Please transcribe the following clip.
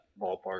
ballpark